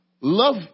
love